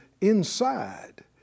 inside